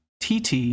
TT